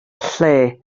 lle